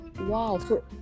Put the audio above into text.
Wow